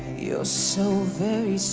you're so very